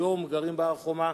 היום גרים בהר-חומה.